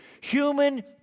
Human